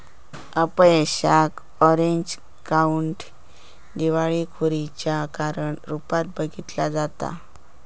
अपयशाक Orange County दिवाळखोरीच्या कारण रूपात बघितला जाता